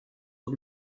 sur